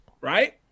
right